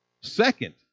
Second